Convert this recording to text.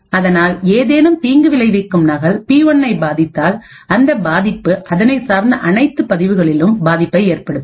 அதனால் ஏதேனும் தீங்கு விளைவிக்கும் நகல்கள் P1னை பாதித்தால் அந்த பாதிப்பு அதனை சார்ந்த அனைத்து பதிவுகளிலும் பாதிப்பை ஏற்படுத்தும்